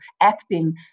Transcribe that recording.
acting